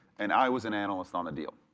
and i was an analyst on the deal,